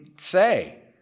say